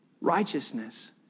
Righteousness